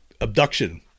abduction